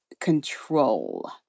control